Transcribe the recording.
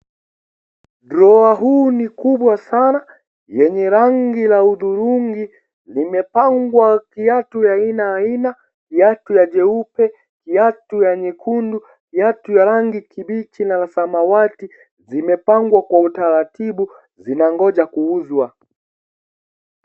Drawer huu ni kubwa sana yenye rangi la hudhurungi limepangwa kiatu ya aina aina kiatu ya jeupe, kiatu ya nyekundu, kiatu ya kibichi na la samawati zimepangwa kwa utaratibu zinangojwa kuuzwa.